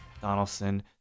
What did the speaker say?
Donaldson